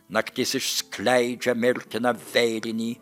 naktis išskleidžia mirtiną vėrinį